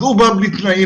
אז הוא בא בלי תנאים,